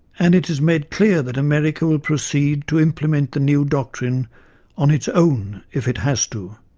and it is made clear that america will proceed to implement the new doctrine on its own if it has to